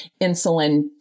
insulin